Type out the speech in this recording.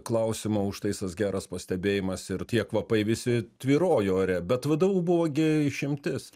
klausimo užtaisas geras pastebėjimas ir tie kvapai visi tvyrojo ore bet vdu buvo gi išimtis